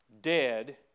dead